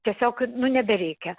tiesiog nu nebereikia